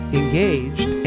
engaged